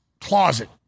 closet